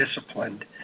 disciplined